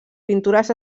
pintures